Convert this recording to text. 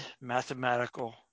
Mathematical